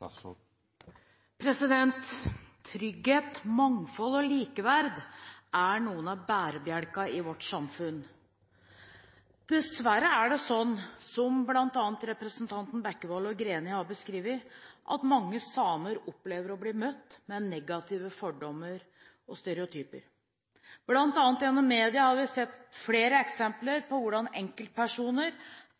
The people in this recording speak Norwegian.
samfunn. Trygghet, mangfold og likeverd er noen av bærebjelkene i vårt samfunn. Dessverre er det sånn som bl.a. representantene Bekkevold og Greni har beskrevet, at mange samer opplever å bli møtt med negative fordommer og stereotypier. Blant annet i media har vi sett flere eksempler på hvordan enkeltpersoner